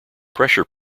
pressure